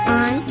on